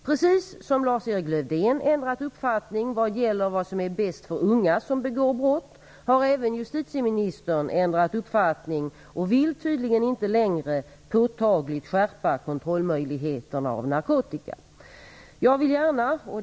Precis som Lars-Erik Lövdén ändrat uppfattning vad gäller vad som är bäst för unga som begår brott, har även justitieministern ändrat uppfattning och vill tydligen inte längre påtagligt skärpa kontrollmöjligheterna när det gäller narkotika.